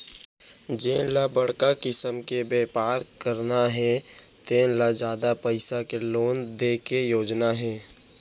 जेन ल बड़का किसम के बेपार करना हे तेन ल जादा पइसा के लोन दे के योजना हे